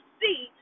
see